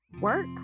work